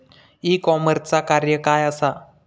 E कॉमर्सचा कार्य काय असा?